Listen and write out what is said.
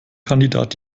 kandidat